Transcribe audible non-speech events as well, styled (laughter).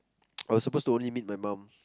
(noise) I was supposed to only meet my mom